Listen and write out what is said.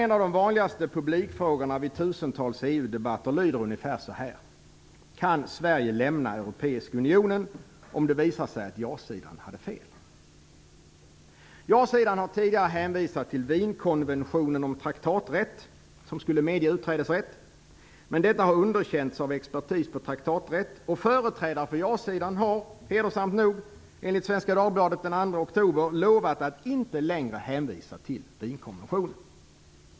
En av de vanligaste publikfrågorna vid tusentals EU-debatter lyder ungefär så här: Kan Sverige lämna Europeiska unionen om det visar sig att ja-sidan hade fel? Ja-sidan har tidigare hänvisat till Wienkonventionen om traktatsrätt, som skulle medge utträdesrätt. Detta har dock underkänts av expertis på traktatsrätt. Företrädare för ja-sidan har, hedersamt nog, enligt Svenska Dagbladet den 2 oktober, lovat att inte längre hänvisa till Wienkonventionen.